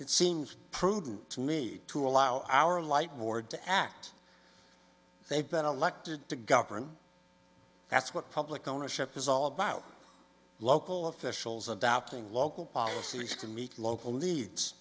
it seems prudent to me to allow our light board to act they've been elected to govern that's what public ownership is all about local officials adopting local policies to meet local needs